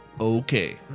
okay